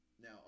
Now